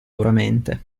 duramente